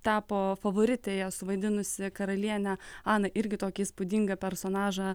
tapo favorite ją suvaidinusi karalienė ana irgi tokį įspūdingą personažą